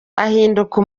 ahinduka